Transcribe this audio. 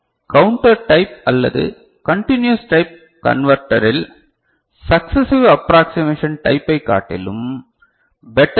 counter type அல்லது continuous type converters successive approximation டைப்பை காட்டிலும் பெட்டர் டி